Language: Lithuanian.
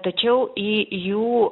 tačiau į jų